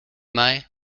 mig